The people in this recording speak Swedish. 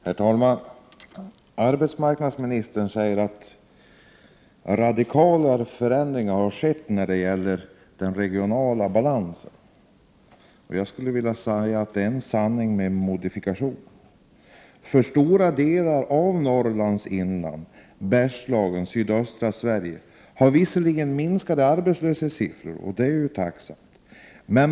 Herr talman! Arbetsmarknadsministern säger att radikala förändringar har skett när det gäller den regionala balansen. Jag skulle vilja säga att det är en sanning med modifikation. I stora delar av Norrlands inland, Bergslagen och sydöstra Sverige har arbetslöshetssiffrorna blivit mindre, vilket är bra.